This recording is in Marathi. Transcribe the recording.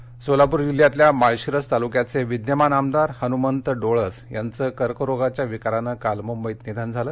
निधन सोलापूर जिल्ह्यातल्या माळशिरस तालुक्याचे विद्यमान आमदार हनुमंत डोळस यांचं काल कर्करोगाच्या विकारानं मुंबईत निधन झालं